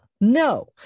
no